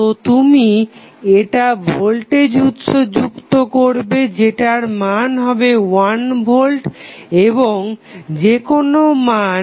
তো তুমি একটা ভোল্টেজ উৎস যুক্ত করবে যেটার মান হবে 1ভোল্ট বা যেকোনো মান